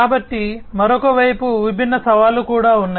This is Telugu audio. కాబట్టి మరొక వైపు విభిన్న సవాళ్లు కూడా ఉన్నాయి